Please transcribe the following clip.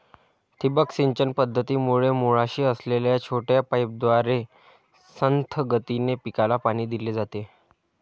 ठिबक सिंचन पद्धतीमध्ये मुळाशी असलेल्या छोट्या पाईपद्वारे संथ गतीने पिकाला पाणी दिले जाते